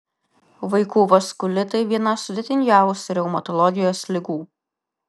vaikų vaskulitai viena sudėtingiausių reumatologijos ligų